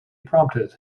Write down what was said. prompted